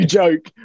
joke